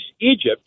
Egypt